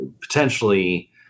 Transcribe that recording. potentially